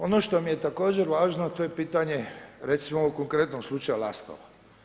Ono što mi je također važno, a to je pitanje recimo evo konkretnog slučaja Lastova.